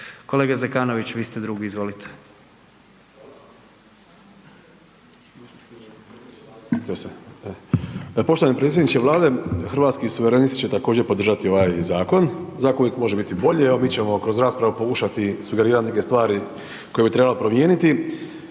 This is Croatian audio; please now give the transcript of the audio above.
**Zekanović, Hrvoje (HRAST)** Poštovani predsjedniče Vlade, Hrvatski suverenisti će također podržati ovaj zakon, zakon uvijek može biti bolje, evo mi ćemo kroz raspravu pokušati sugerirati neke stvari koje bi trebalo promijeniti.